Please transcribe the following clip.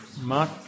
Mark